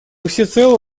всецело